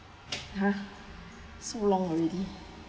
ha so long already